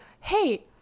hey